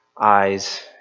eyes